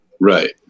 Right